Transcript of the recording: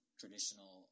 traditional